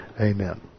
Amen